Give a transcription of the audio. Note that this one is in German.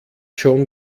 schon